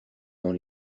dans